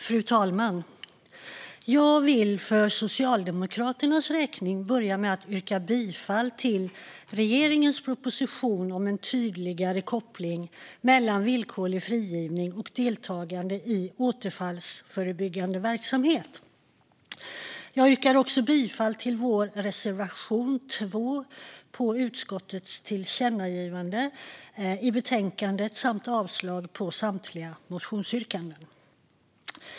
Fru talman! Jag vill för Socialdemokraternas räkning börja med att yrka bifall till regeringens proposition om en tydligare koppling mellan villkorlig frigivning och deltagande i återfallsförebyggande verksamhet. Jag yrkar också bifall till vår reservation 2 om utskottets tillkännagivande i betänkandet samt avslag på samtliga motionsyrkanden.